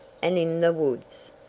and in the woods.